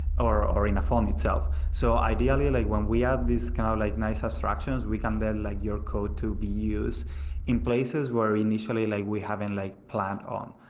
or or in a phone itself. so ideally, when we have this kind of like nice abstractions, we can then let your code to be used in places where initially like we haven't like planned on.